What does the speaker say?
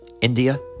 India